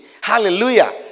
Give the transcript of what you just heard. Hallelujah